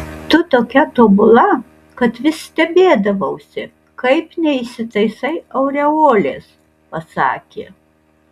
tu tokia tobula kad vis stebėdavausi kaip neįsitaisai aureolės pasakė